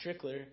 Strickler